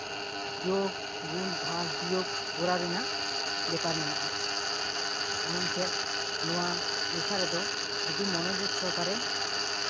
ᱡᱳᱜᱽ ᱜᱩᱱ ᱵᱷᱟᱜᱽ ᱵᱤᱭᱳᱜᱽ ᱠᱚᱨᱟᱣ ᱨᱮᱱᱟᱜ ᱵᱮᱯᱟᱨ ᱢᱮᱱᱟᱜᱼᱟ ᱮᱢᱚᱱ ᱪᱮᱫ ᱱᱚᱣᱟ ᱮᱞᱠᱷᱟ ᱨᱮᱫᱚ ᱟᱹᱰᱤ ᱢᱚᱱᱳᱡᱳᱜᱽ ᱥᱚᱦᱚᱠᱟᱨᱮ